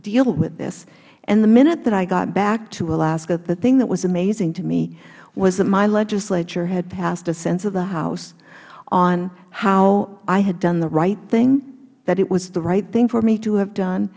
deal with this and the minute that i got back to alaska the thing that was amazing to me was that my legislature had passed a sense of the house on how i had done the right thing that it was the right thing for me to have done